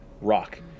rock